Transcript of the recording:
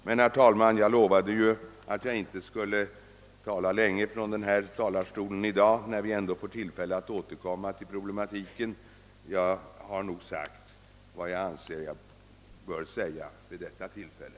Men jag lovade ju, herr talman, att jag inte skulle tala länge, när vi ändå får tillfälle att återkomma till problematiken. Jag har nog sagt vad jag anser att jag bör säga vid detta tillfälle.